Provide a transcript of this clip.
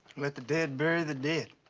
let the dead bury the dead.